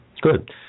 Good